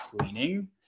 cleaning